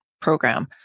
program